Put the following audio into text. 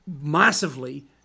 massively